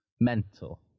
mental